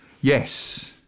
Yes